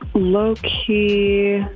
low key,